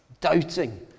doubting